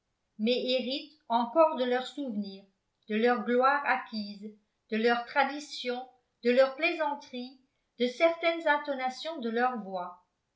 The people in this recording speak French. mais héritent encore de leurs souvenirs de leur gloire acquise de leurs traditions de leurs plaisanteries de certaines intonations de leur voix